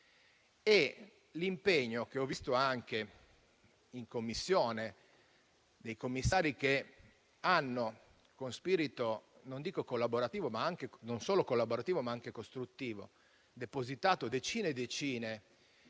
L'impegno, che ho visto anche in Commissione, dei commissari che, con spirito non solo collaborativo, ma anche costruttivo, hanno depositato decine e decine